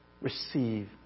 Receive